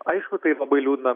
aišku tai labai liūdna